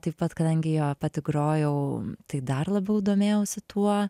taip pat kadangi jo pati grojau tai dar labiau domėjausi tuo